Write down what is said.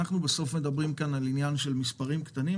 בסופו של דבר אנחנו מדברים על מספר האנשים.